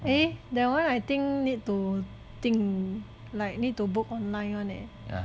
eh there are I think need to 定 like need to book online [one] leh